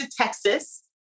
Texas